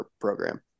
program